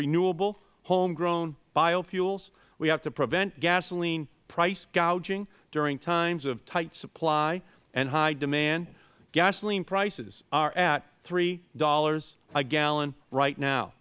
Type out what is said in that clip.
renewable home grown biofuels we have to prevent gasoline price gouging during times of tight supply and high demand gasoline prices are at three dollars a gallon right now